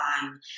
time